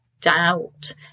doubt